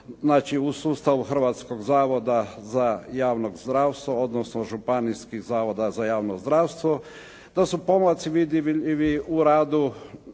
znači u sustavu Hrvatskog zavoda za javno zdravstvo, odnosno županijskih zavoda za javno zdravstvo, da su pomaci vidljivi u radu